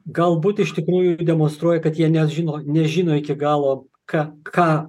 galbūt iš tikrųjų demonstruoja kad jie nežino nežino iki galo ką ką